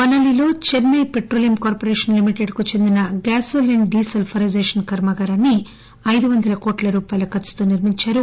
మనాలీలో Chennai petroleum corporation limited కు చెందిన gasoline desulphurisation కర్మాగారాన్సి ఐదు వందల కోట్ల రూపాయల ఖర్చుతో నిర్మించారు